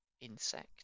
insect